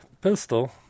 pistol